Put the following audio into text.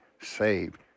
saved